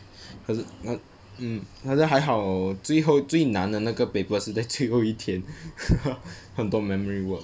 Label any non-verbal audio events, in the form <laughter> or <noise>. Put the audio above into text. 可是那 hmm 但是还好最后最难的那个 paper 是在最后一天 <laughs> 很多 memory work